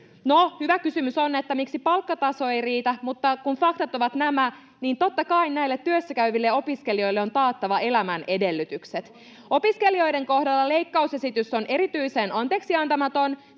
hyvä kysymys on, miksi palkkataso ei riitä, mutta kun faktat ovat nämä, niin totta kai näille työssäkäyville ja opiskelijoille on taattava elämän edellytykset. [Kai Mykkäsen välihuuto] Opiskelijoiden kohdalla leikkausesitys on erityisen anteeksiantamaton,